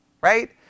right